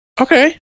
Okay